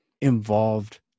involved